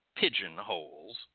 pigeonholes